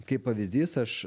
kaip pavyzdys aš